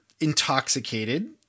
intoxicated